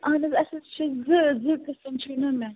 اہن حظ اسہ حظ چھِ زٕ زٕ قٕسم چھِنَہ مےٚ